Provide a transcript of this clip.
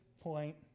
point